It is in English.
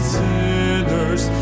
sinners